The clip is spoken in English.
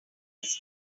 desk